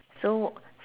so